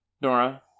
Nora